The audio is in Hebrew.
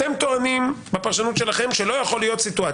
אתם טוענים בפרשנות שלכם שלא יכולה להיות סיטואציה.